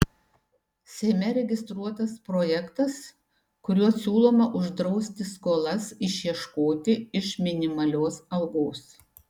seime registruotas projektas kuriuo siūloma uždrausti skolas išieškoti iš minimalios algos